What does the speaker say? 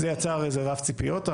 זה יצר איזה רף ציפיות.